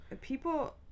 People